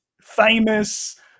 famous